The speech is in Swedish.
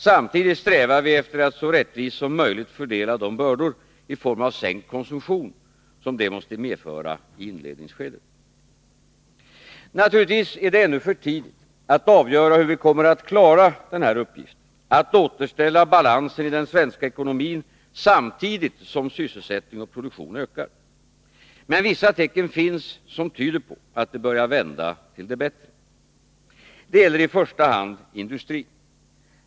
Samtidigt strävar vi efter att så rättvist som möjligt fördela de bördor i form av sänkt konsumtion detta måste medföra i inledningsskedet. Naturligtvis är det ännu för tidigt att avgöra hur vi kommer att klara uppgiften att återställa balansen i den svenska ekonomin samtidigt som sysselsättning och produktion ökar. Men vissa tecken finns som tyder på att det börjar vända till det bättre. Det gäller i första hand industrin.